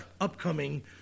upcoming